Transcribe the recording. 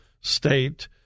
state